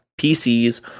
PCs